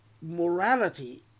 morality